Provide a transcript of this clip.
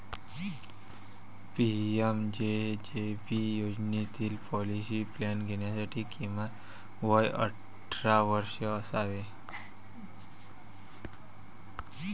PMJJB योजनेतील policy plan घेण्यासाठी किमान वय अठरा वर्षे असावे